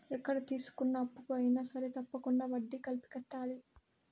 ఎక్కడ తీసుకున్న అప్పుకు అయినా సరే తప్పకుండా వడ్డీ కలిపి కట్టాలి